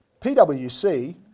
PwC